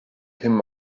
him